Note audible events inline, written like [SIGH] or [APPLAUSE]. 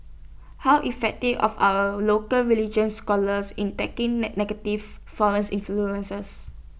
how effective of are our local religious scholars in tackling [UNINTELLIGIBLE] negative foreign influences